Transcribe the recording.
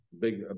big